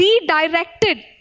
redirected